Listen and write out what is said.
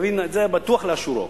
בטוח נבין אותו לאשורו.